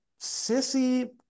sissy